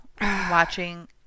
watching